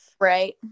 right